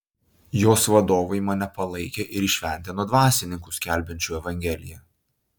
jos vadovai mane palaikė ir įšventino dvasininku skelbiančiu evangeliją